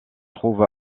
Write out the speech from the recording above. trouve